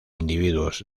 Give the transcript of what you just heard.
individuos